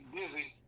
busy